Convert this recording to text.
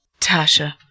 Tasha